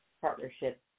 partnership